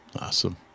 Awesome